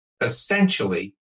Essentially